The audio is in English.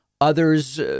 others